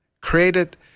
created